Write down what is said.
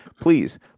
please